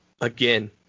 Again